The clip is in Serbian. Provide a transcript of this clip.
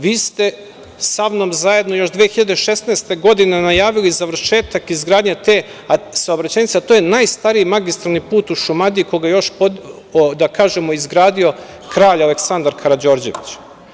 Vi ste sa mnom zajedno još 2016. godine najavili završetak izgradnje te saobraćajnice, a to je najstariji magistralni put u Šumadiji, koga je još izgradio Kralj Aleksandar Karađorđević.